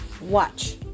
watch